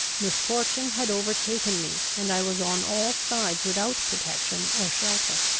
misfortune had overtaken me, and i was on all sides without protection or shelter.